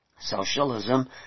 Socialism